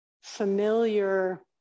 familiar